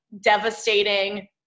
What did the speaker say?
devastating